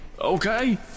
Okay